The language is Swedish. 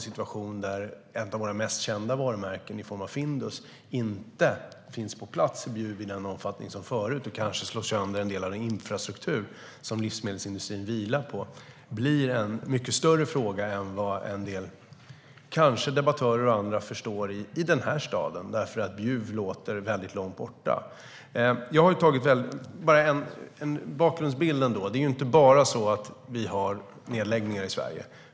Situationen att ett av våra mest kända varumärken i form av Findus inte finns på plats i Bjuv i samma omfattning som förut, och som kanske slår sönder en del av den infrastruktur som livsmedelsindustrin vilar på, blir en mycket större fråga än vad en del debattörer och andra kanske förstår i den här staden, för Bjuv låter väldigt långt borta. Jag vill bara ge en bakgrundsbild. Det är inte bara så att vi har nedläggningar i Sverige.